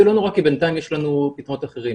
זה לא נורא; כי בינתיים יש לנו פתרונות אחרים.